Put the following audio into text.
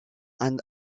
and